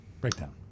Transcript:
Breakdown